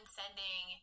sending